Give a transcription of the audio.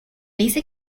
dice